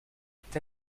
est